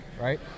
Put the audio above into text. Right